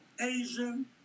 Asian